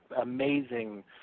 amazing